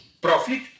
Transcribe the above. profit